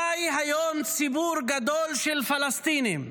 חי היום ציבור גדול של פלסטינים.